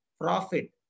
profit